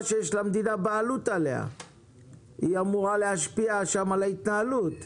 שלמדינה יש בעלות עליה והיא אמורה להשפיע על ההתנהלות בה.